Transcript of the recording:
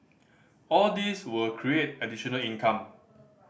all these will create additional income